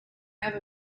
have